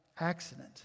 accident